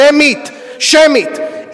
שמית, שמית.